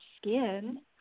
skin –